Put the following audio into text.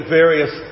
various